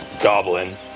goblin